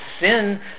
sin